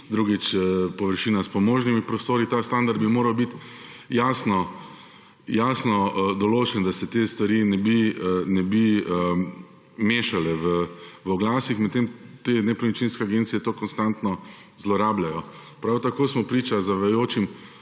drugič površina s pomožnimi prostori. Ta standard bi moral biti jasno določen, da se te stvari ne bi mešale v oglasih. Medtem nepremičninske agencije to konstantno zlorabljajo. Prav tako smo priča zavajajočim